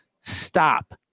stop